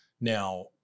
now